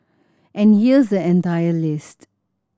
and here's the entire list